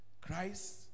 Christ